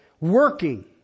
working